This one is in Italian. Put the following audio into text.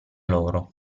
loro